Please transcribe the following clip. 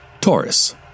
Taurus